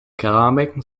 keramiken